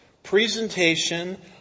presentation